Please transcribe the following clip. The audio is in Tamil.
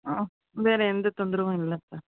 வேறு எந்த தொந்தரவு இல்லை சார்